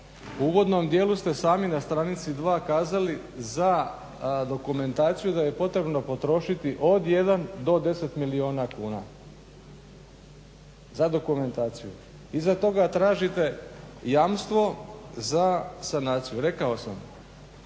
U uvodnom dijelu ste sami na stranici 2 kazali za dokumentaciju da je potrebno potrošiti od 1 do 10 milijuna kuna. Za dokumentaciju. Iza toga tražite jamstvo za sanaciju. Rekao sam,